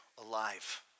alive